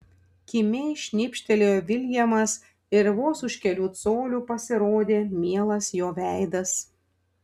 kimiai šnibžtelėjo viljamas ir vos už kelių colių pasirodė mielas jo veidas